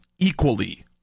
equally